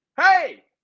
hey